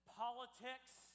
politics